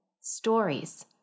Stories